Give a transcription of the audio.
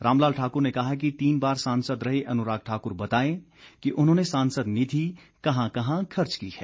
रामलाल ठाकुर ने कहा कि तीन बार सांसद रहे अनुराग ठाकुर बताए कि उन्होंने सांसद निधि कहां कहां खर्च की है